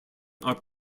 are